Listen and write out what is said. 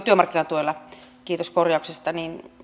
työmarkkinatuella kiitos korjauksesta